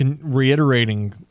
reiterating